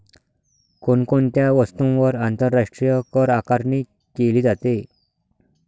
कोण कोणत्या वस्तूंवर आंतरराष्ट्रीय करआकारणी केली जाते?